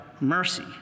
mercy